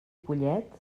pollets